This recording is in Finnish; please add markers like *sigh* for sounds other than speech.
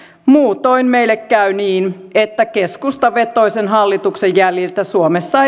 muutoin meille käy niin että keskustavetoisen hallituksen jäljiltä suomessa *unintelligible*